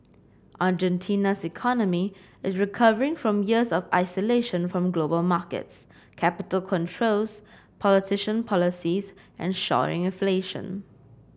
Argentina's economy is recovering from years of isolation from global markets capital controls protectionist policies and soaring inflation